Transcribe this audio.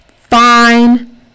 fine